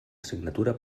assignatura